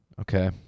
okay